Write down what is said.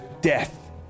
death